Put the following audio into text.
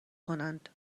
کنند